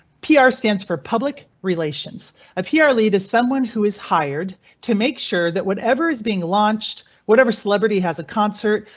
pr stands for public relations appear. lead is someone who is hired to make sure that whatever is being launched, whatever celebrity has a concert,